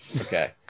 Okay